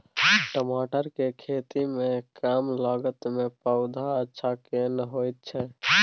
टमाटर के खेती में कम लागत में पौधा अच्छा केना होयत छै?